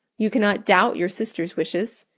you cannot doubt your sister's wishes.